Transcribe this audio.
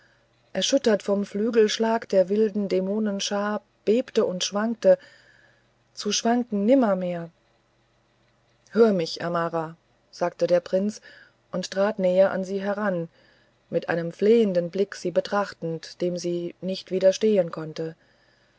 erschüttert vom flügelschlag der wilden dämonenschar bebte und schwankte zu schwanken nimmermehr höre mich amara sagte der prinz und trat näher an sie heran mit einem flehenden blick sie betrachtend dem sie nicht widerstehen konnte